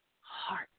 heart